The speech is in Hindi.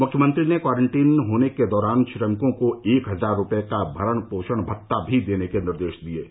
मुख्यमंत्री ने क्वारंटीन होने के दौरान श्रमिकों को एक हजार रूपए का भरण पोषण भत्ता भी देने के निर्देश दिए हैं